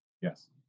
Yes